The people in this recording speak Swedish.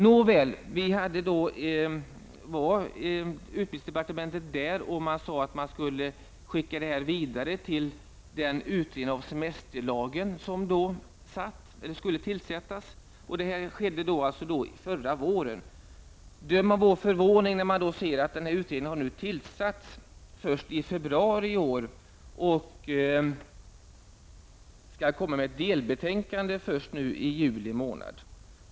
Nåväl, man sade från utbildningsdepartementet att ärendet skulle skickas vidare till den utredning om semesterlagen som skulle tillsättas. Detta skedde alltså förra våren. Det är med viss förvåning man tar del av att denna utredning tillsattes först i februari i år och skall komma med ett delbetänkande först i juli.